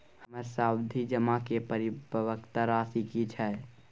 हमर सावधि जमा के परिपक्वता राशि की छै?